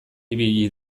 ibili